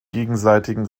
gegenseitigen